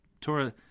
Torah